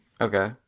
Okay